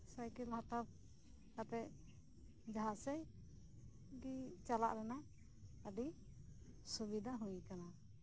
cycle ᱦᱟᱛᱟᱣ ᱠᱟᱛᱮᱜ ᱡᱟᱦᱟᱸᱥᱮᱡᱜᱤ ᱪᱟᱞᱟᱜ ᱨᱮᱱᱟᱜ ᱟᱹᱰᱤ ᱥᱩᱵᱤᱫᱷᱟ ᱦᱩᱭ ᱟᱠᱟᱱᱟ